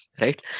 right